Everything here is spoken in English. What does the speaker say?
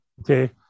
Okay